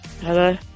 Hello